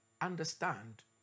understand